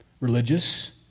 religious